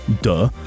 duh